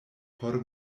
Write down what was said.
por